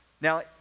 Now